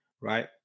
right